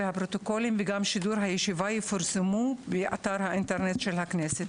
והפרוטוקולים וגם שידור הישיבה יפורסמו באתר האינטרנט של הכנסת.